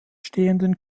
stehenden